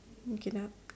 okay now